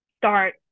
start